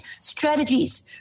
strategies